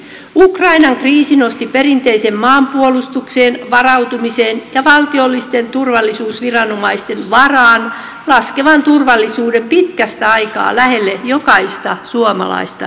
ukrainan kriisi nosti perinteiseen maanpuolustukseen varautumisen ja valtiollisten turvallisuusviranomaisten varaan laskevan turvallisuuden pitkästä aikaa lähelle jokaista suomalaista ihmistä